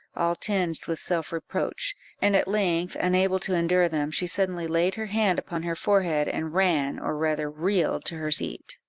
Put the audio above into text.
all tinged with self-reproach and at length, unable to endure them, she suddenly laid her hand upon her forehead, and ran, or rather reeled, to her seat.